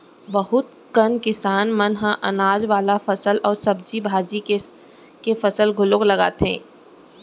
बहुत कन किसान मन ह अनाज वाला फसल अउ सब्जी भाजी के फसल घलोक लगाथे